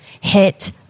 hit